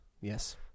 yes